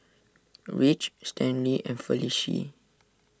Ridge Stanley and Felicie